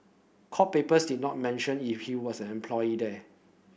court papers did not mention if he was an employee there